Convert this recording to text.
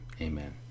amen